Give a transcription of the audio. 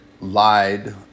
lied